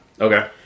Okay